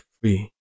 free